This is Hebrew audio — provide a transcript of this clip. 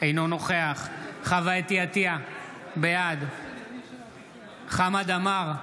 אינו נוכח חוה אתי עטייה, בעד חמד עמאר,